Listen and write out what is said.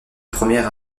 premières